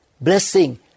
blessing